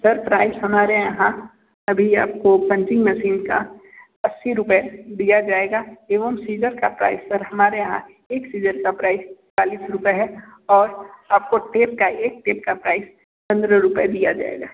sir price हमारे यहाँ अभी आपको पंचिंग मशीन का अस्सी रुपये दिया जाएगा एवं सीज़र का प्राइज़ सर हमारे यहाँ एक सीज़र का प्राइज़ चालीस रुपये है और आपको टेप का एक टेप का प्राइज़ पंद्रह रुपये दिया जाएगा